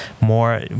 more